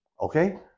Okay